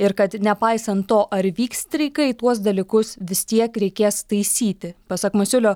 ir kad nepaisant to ar vyks streikai tuos dalykus vis tiek reikės taisyti pasak masiulio